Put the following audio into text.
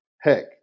Heck